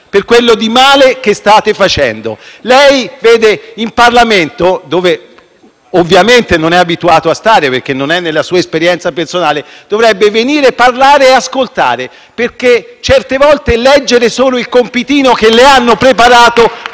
per quello che di male state facendo. Lei in Parlamento, dove ovviamente non è abituato a stare, perché non è nella sua esperienza personale, dovrebbe venire, parlare e ascoltare, perché certe volte leggere solo il compitino che le hanno preparato